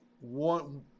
one